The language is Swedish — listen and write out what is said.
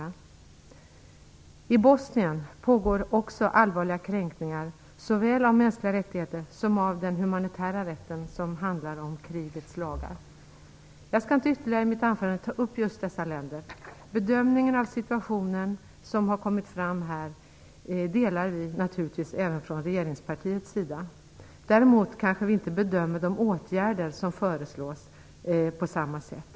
Också i Bosnien pågår allvarliga kränkningar såväl av mänskliga rättigheter som av den humanitära rätten, som handlar som krigets lagar. Jag skall inte ytterligare i mitt anförande ta upp just dessa länder. Den bedömning av situationen som har kommit fram här delar vi naturligtvis även från regeringspartiets sida. Däremot kanske vi inte bedömer de åtgärder som föreslås på samma sätt.